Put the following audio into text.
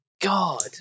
God